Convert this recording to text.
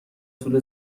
طول